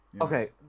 Okay